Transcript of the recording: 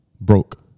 broke